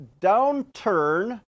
downturn